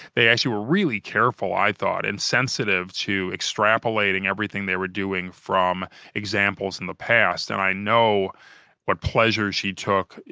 they actually were really careful i thought, and sensitive to extrapolating everything they were doing from examples in the past. and, i know what pleasure she took.